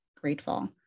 grateful